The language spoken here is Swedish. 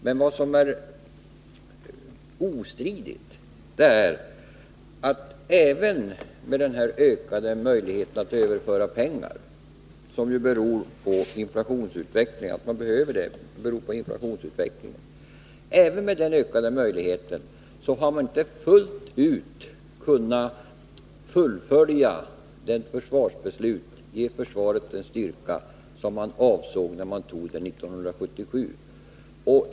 Men vad som är ostridigt är att även med den ökade möjligheten att överföra pengar — att man behöver detta beror på inflationsutvecklingen — har man inte fullt ut kunnat fullfölja 1977 års försvarsveslut, alltså ge försvaret den styrka som man avsåg när man fattade beslutet 1977.